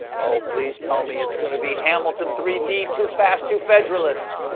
oh, please tell me it's gonna be hamilton three d two fast two federalist!